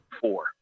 four